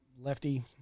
lefty